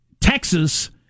Texas